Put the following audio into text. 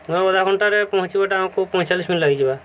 ତେବେ ଅଧଘଣ୍ଟାରେ ପହଁଞ୍ଚିବାଟା ଆମକୁ ପଇଁଚାଳିଶ ମିନିଟ୍ ଲାଗିିଯିବା